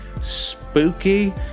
spooky